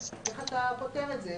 איך אתה פותר את זה?